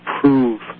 prove